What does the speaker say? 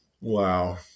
Wow